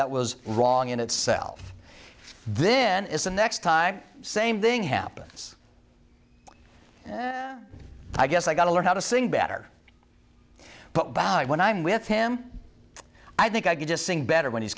that was wrong in itself then is the next time same thing happens i guess i gotta learn how to sing better but bad when i'm with him i think i can just sing better when he's